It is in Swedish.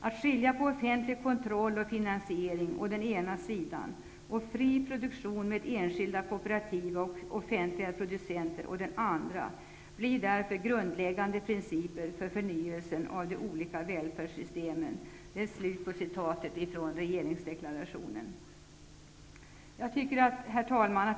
Att skilja på offentlig kontroll och finansiering å den ena sidan och en fri produktion med enskilda, kooperativa och offentliga producenter å den andra blir därför den grundläggande principen för förnyelse av de olika välfärdssystemen.'' Herr talman!